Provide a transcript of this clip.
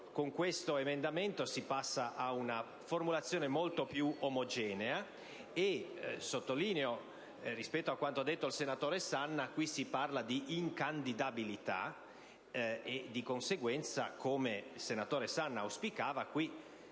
Con questo emendamento, si passa a una formulazione molto più omogenea, e sottolineo che, rispetto a quanto detto dal senatore Sanna, qui si parla di incandidabilità e, di conseguenza, come il senatore auspicava,